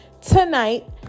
tonight